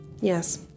Yes